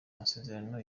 amasezerano